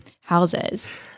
houses